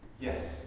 yes